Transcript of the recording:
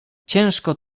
ciężko